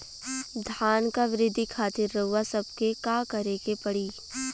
धान क वृद्धि खातिर रउआ सबके का करे के पड़ी?